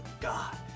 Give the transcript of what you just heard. God